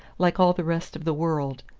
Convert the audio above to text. like all the rest of the world.